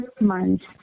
months